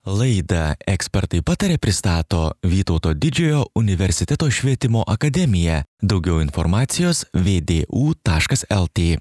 laidą ekspertai pataria pristato vytauto didžiojo universiteto švietimo akademija daugiau informacijos vė dė u taškas el tė